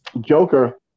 Joker